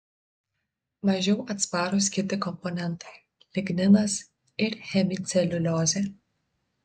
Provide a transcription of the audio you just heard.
mažiau atsparūs kiti komponentai ligninas ir hemiceliuliozė